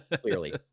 Clearly